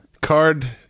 card